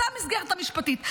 זאת המסגרת המשפטית.